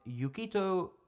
Yukito